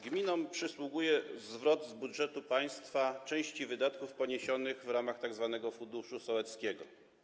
Gminom przysługuje zwrot z budżetu państwa części wydatków poniesionych w ramach tzw. funduszu sołeckiego.